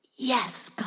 yes, god,